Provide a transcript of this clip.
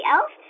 Elf